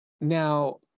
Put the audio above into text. now